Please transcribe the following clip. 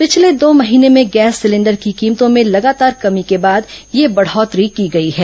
पिछले दो महीने में गैस सिलेंडर की कीमतों में लगातार कमी के बाद यह बढ़ोतरी की गई है